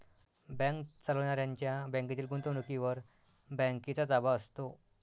bank चालवणाऱ्यांच्या बँकेतील गुंतवणुकीवर बँकेचा ताबा असतो